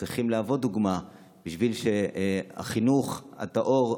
צריכים להיות דוגמה בשביל שהחינוך הטהור,